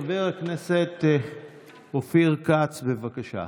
חבר הכנסת אופיר כץ, בבקשה.